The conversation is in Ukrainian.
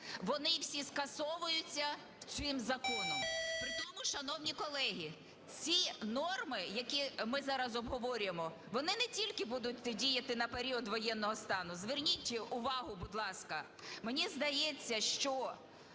Вони всі скасовуються цим законом. Притому, шановні колеги, ці норми, які ми зараз обговорюємо, вони не тільки будуть діяти на період воєнного стану. Зверніть увагу, будь ласка, мені здається, що